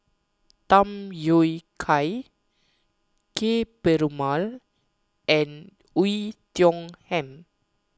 Tham Yui Kai Ka Perumal and Oei Tiong Ham